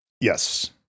yes